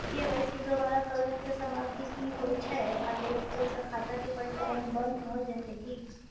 KYC दोबारा करबै के समयावधि की होय छै आ लेट होय स खाता के परिचालन बन्द भ जेतै की?